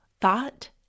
thought